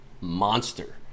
monster